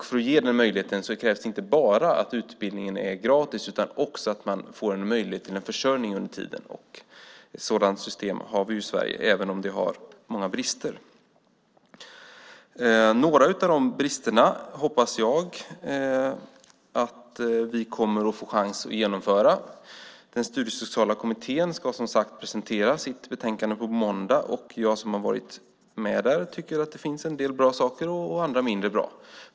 För att ge den möjligheten krävs det inte bara att utbildningen är gratis utan också att man ger en möjlighet till en försörjning under tiden. Ett sådant system har vi i Sverige, även om det har många brister. Några av de bristerna hoppas jag att vi kommer att få chans att avhjälpa. Den studiesociala kommittén ska, som sagt, presentera sitt betänkande på måndag. Jag som har varit med där tycker att det finns en del bra saker och andra mindre bra.